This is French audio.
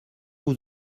vous